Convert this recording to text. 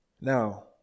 Now